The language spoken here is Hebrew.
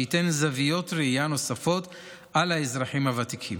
שייתן זוויות ראייה נוספות על האזרחים הוותיקים.